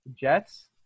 Jets